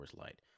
Light